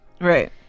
Right